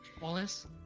Wallace